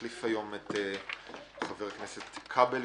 אני מחליף היום את חבר הכנסת כבל,